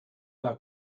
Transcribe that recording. thou